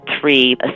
three